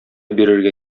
бирергә